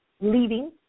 leaving